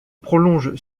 prolonge